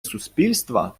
суспільства